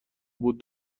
بود